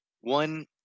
One